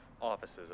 offices